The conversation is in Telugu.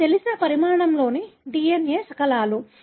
ఇవి తెలిసిన పరిమాణంలోని DNA శకలాలు